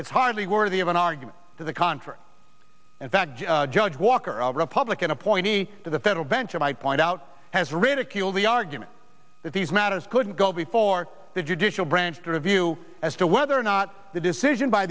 it's hardly worthy of an argument to the contrary that judge walker a republican appointee to the federal bench i point out has ridiculed the argument that these matters couldn't go before the judicial branch to review as to whether or not the decision by